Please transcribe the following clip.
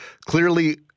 clearly